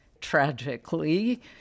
tragically